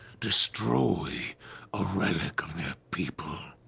destroy a relic of their people.